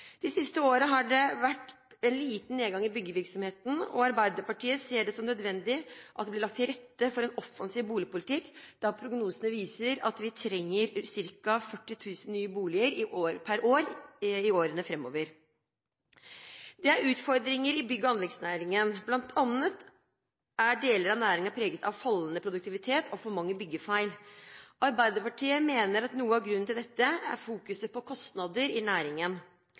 De siste årene har det vært en liten nedgang i byggevirksomheten. Arbeiderpartiet ser det som nødvendig at det blir lagt til rette for en offensiv boligpolitikk, da prognosene viser at vi trenger ca. 40 000 nye boliger per år i årene framover. Det er utfordringer i bygg- og anleggsnæringen, bl.a. er deler av næringen preget av fallende produktivitet og for mange byggefeil. Arbeiderpartiet mener at noe av grunnen til dette er fokuset på kostnader i næringen.